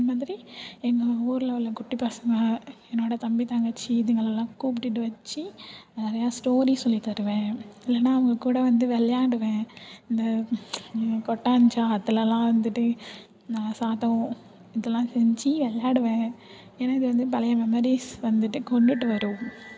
அந்தமாதிரி எங்கள் ஊரில் உள்ள குட்டி பசங்க என்னோடய தம்பி தங்கச்சி இதுங்களெல்லாம் கூப்பிடுட்டு வச்சு நிறைய ஸ்டோரி சொல்லி தருவேன் இல்லைனா அவங்கக்கூட வந்து விளையாடுவேன் இந்த கொட்டாஞ்சா அதுலெல்லாம் வந்துட்டு நான் சாதம் இதெல்லாம் செஞ்சி விளையாடுவேன் ஏன்னா இது வந்து பழைய மெமரிஸ் வந்துட்டு கொண்டுட்டு வரும்